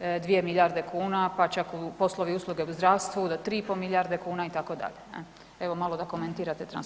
2 milijarde kuna pa čak i poslovi usluge u zdravstvu do 3,5 milijarde kuna itd., evo malo da komentirati transparentnost.